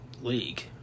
league